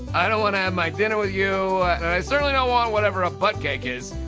i don't want to have my dinner with you, and i certainly don't want whatever a butt cake is.